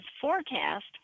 forecast